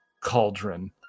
cauldron